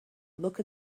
look